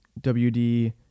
WD